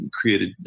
created